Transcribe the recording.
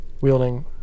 wielding